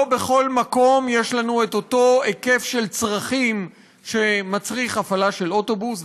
לא בכל מקום יש לנו אותו היקף צרכים שמצריך הפעלה של אוטובוס,